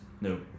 no